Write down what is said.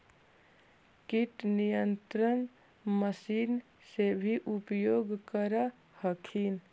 किट नियन्त्रण मशिन से भी उपयोग कर हखिन?